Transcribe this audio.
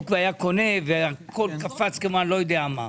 והיה קונה והכול קפץ כמו לא יודע מה.